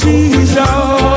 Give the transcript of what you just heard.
Jesus